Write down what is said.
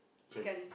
chicken